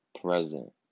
present